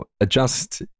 adjust